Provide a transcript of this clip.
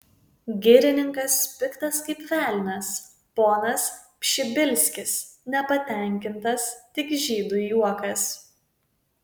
girininkas piktas kaip velnias ponas pšibilskis nepatenkintas tik žydui juokas